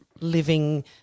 living